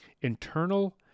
internal